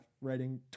writing